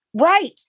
Right